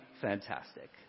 fantastic